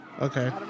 okay